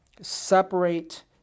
separate